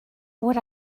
what